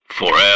forever